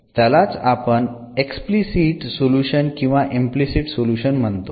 त्यालाच आपण explicit solution किंवा इम्प्लिसिट सोल्युशन म्हणतो